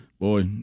Boy